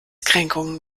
kränkungen